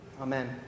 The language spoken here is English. amen